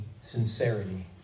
sincerity